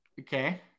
Okay